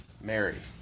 Mary